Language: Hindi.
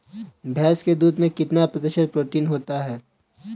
भैंस के दूध में कितना प्रतिशत प्रोटीन होता है?